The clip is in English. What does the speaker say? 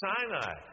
Sinai